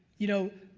you know,